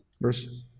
Verse